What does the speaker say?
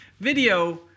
Video